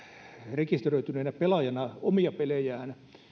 rekisteröityneenä pelaajana sen omia pelejä